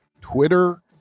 Twitter